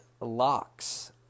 locks